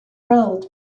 grilled